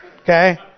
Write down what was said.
okay